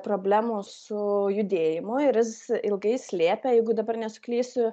problemų su judėjimu ir jis ilgai slėpė jeigu dabar nesuklysiu